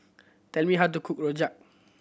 tell me how to cook rojak